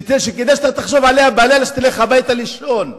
שכדאי שתחשוב עליה בלילה, כשאתה הולך הביתה לישון,